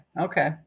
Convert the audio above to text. Okay